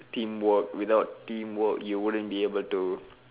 teamwork without teamwork you wouldn't be able to